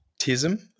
Tism